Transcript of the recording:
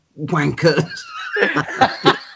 wankers